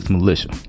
Militia